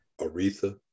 Aretha